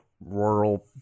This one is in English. rural